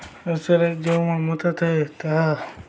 ଭାଷାରେ ଯେଉଁ ମମତା ଥାଏ